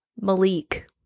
Malik